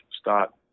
start